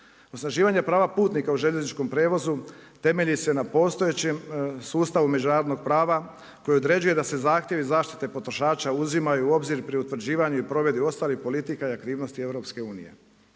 Osnaživanje prava putnika u željezničkom prijevozu temelji se na postojećim sustavu međunarodnog prava koji određuje da se zahtjevi zaštite potrošača uzimaju u obzir pri utvrđivanju i provedbi ostalih politika i aktivnosti EU-a.